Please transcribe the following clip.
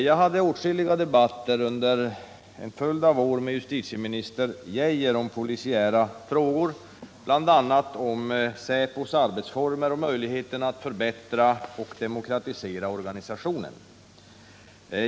Jag hade åtskilliga debatter under en följd av år med justitieminister Geijer om polisiära frågor, bl.a. om säpos arbetsformer och möjligheterna att förbättra och demokratisera organisationen.